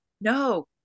No